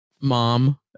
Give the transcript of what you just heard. mom